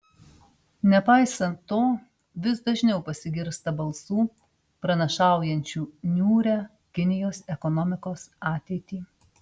nepaisant to vis dažniau pasigirsta balsų pranašaujančių niūrią kinijos ekonomikos ateitį